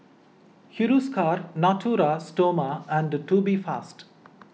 Hiruscar Natura Stoma and Tubifast